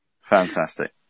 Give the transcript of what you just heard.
Fantastic